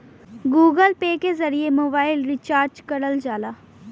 Google Pay के जरिए mobile recharge करल जाला